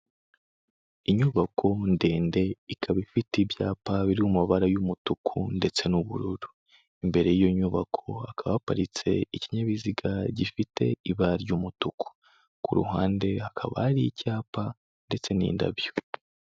Inyubako ndende ikaba ifite ibyapa biri mu mabara y'umutuku ndetse n'ubururu. Imbere y'iyo nyubako hakaba haparitse ikinyabiziga gifite ibara ry'umutuku. Ku ruhande hakaba hari icyapa ndetse n'indabyo.